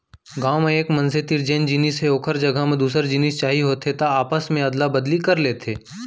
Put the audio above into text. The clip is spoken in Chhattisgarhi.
गाँव म एक मनसे तीर जेन जिनिस हे ओखर जघा म दूसर जिनिस चाही होथे त आपस मे अदला बदली कर लेथे